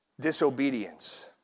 disobedience